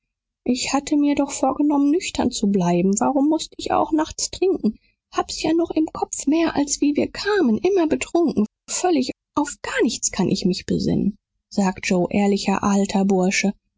ich hatte mir doch vorgenommen nüchtern zu bleiben warum mußte ich auch nachts trinken hab's ja noch im kopf mehr als wie wir kamen immer betrunken völlig auf gar nichts kann ich mich besinnen sag joe ehrlich alter bursche